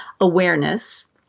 awareness